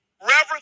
Reverence